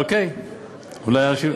אולי אנשים,